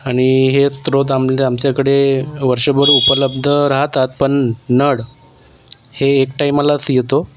आणि हे स्रोत आम्ले आमच्याकडे वर्षभर उपलब्ध राहतात पण नळ हे एक टैमालाच येतो